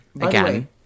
again